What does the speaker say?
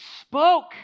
spoke